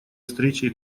встрече